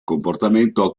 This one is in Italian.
comportamento